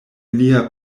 lia